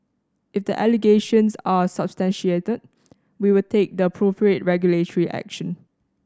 if the allegations are substantiated we will take the appropriate regulatory action